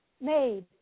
made